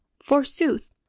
Forsooth